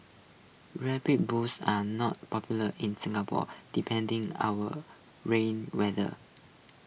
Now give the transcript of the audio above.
rubber boots are not popular in Singapore depending our rainy weather